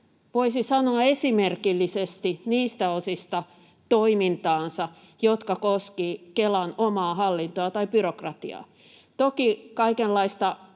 voisi sanoa, esimerkillisesti niistä osista toimintaansa, jotka koskivat Kelan omaa hallintoa tai byrokratiaa. Toki kaikenlaista